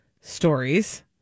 stories